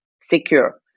secure